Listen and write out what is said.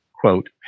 quote